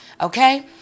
Okay